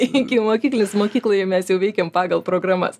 ikimokyklinis mokykloje mes jau veikiam pagal programas